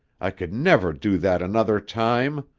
i could never do that another time.